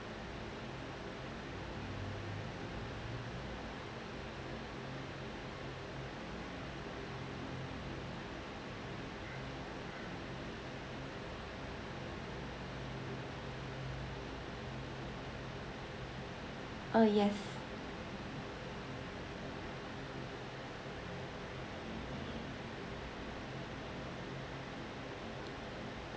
uh yes